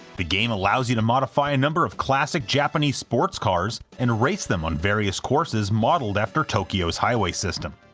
the game allows you to modify a number of classic japanese sports cars and race them on various courses modeled after tokyo's highway system.